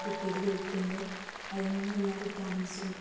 cook ചെയ്ത് കഴിക്കുമ്പോൾ അതിൽ നിന്നെല്ലാ വിറ്റാമിൻസും